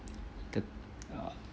good